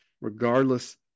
regardless